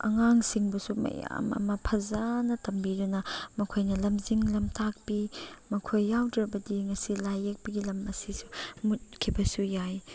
ꯑꯉꯥꯡꯁꯤꯡꯕꯨꯁꯨ ꯃꯌꯥꯝ ꯑꯃ ꯐꯖꯅ ꯇꯝꯕꯤꯗꯅ ꯃꯈꯣꯏꯅ ꯂꯝꯖꯤꯡ ꯂꯝꯇꯥꯛꯄꯤ ꯃꯈꯣꯏ ꯌꯥꯎꯗ꯭ꯔꯕꯗꯤ ꯉꯁꯤ ꯂꯥꯏ ꯌꯦꯛꯄꯒꯤ ꯂꯝ ꯑꯁꯤꯁꯨ ꯃꯨꯠꯈꯤꯕꯁꯨ ꯌꯥꯏ